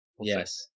Yes